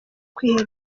kwihera